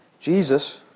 Jesus